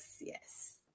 yes